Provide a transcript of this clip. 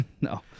No